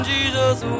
Jesus